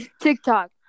TikTok